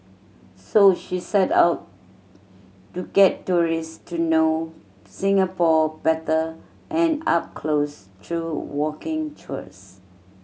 so she set out to get tourist to know Singapore better and up close through walking tours